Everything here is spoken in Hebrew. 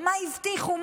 מה הבטיחו,